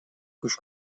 kuş